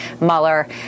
Mueller